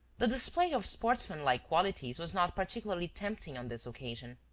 the display of sportsmanlike qualities was not particularly tempting on this occasion.